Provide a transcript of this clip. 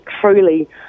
truly